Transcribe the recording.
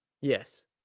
Yes